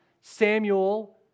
Samuel